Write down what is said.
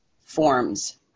forms